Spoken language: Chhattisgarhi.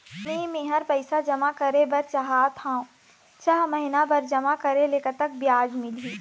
मे मेहर पैसा जमा करें बर चाहत हाव, छह महिना बर जमा करे ले कतक ब्याज मिलही?